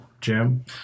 Jim